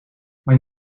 mijn